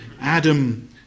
Adam